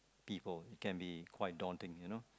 people it can be quite daunting you know